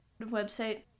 website